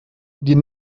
die